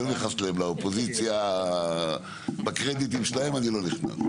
אני לא נכנס לאופוזיציה בקרדיטים שלהם אני לא נכנס,